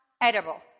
edible